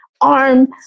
arm